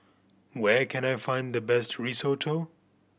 where can I find the best Risotto